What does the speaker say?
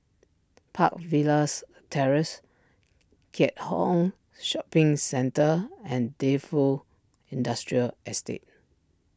Park Villas Terrace Keat Hong Shopping Centre and Defu Industrial Estate